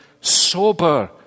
sober